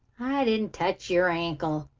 i didn't touch your ankle,